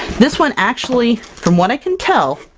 this one actually, from what i can tell,